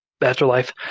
afterlife